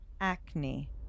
acne